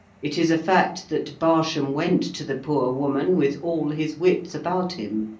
it is a fact that barsham went to the poor woman with all his wits about him.